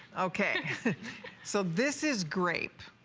okay so this is grape,